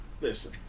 Listen